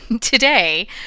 Today